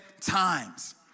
times